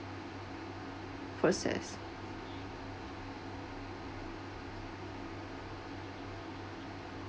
process